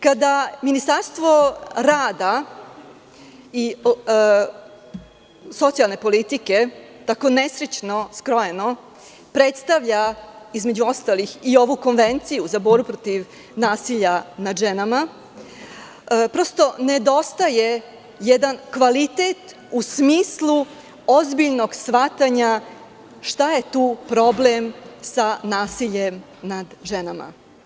Kada Ministarstvo rada i socijalne politike, tako nesrećno skrojeno, predstavlja, između ostalih, i ovu Konvenciju za borbu protiv nasilja nad ženama, prosto ne dostaje jedan kvalitet u smislu ozbiljnog shvatanja šta je tu problem sa nasiljem nad ženama.